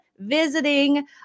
visiting